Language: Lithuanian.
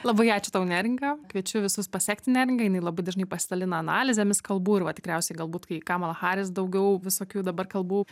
labai ačiū tau neringa kviečiu visus pasekti neringą jinai labai dažnai pasidalina analizėmis kalbų ir va tikriausiai galbūt kai kamala haris daugiau visokių dabar kalbų